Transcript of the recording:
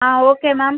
ah okay ma'am